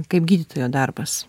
kaip gydytojo darbas